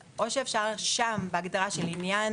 אז לעניין